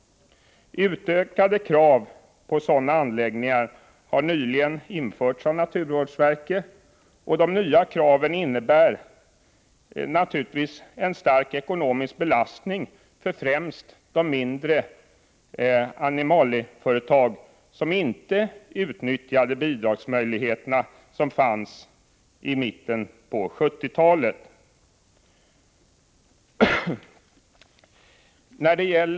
Utökade krav på sådana anläggningar har nyligen införts av naturvårdsverket. De nya kraven innebär naturligtvis en stark ekonomisk belastning för främst de mindre animalieföretag som inte utnyttjar de bidragsmöjligheter som fanns i mitten av 1970-talet.